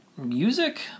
music